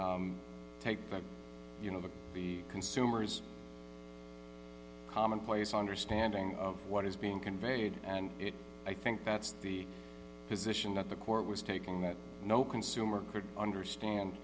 take them you know to the consumers commonplace understanding of what is being conveyed and i think that's the position that the court was taking that no consumer could understand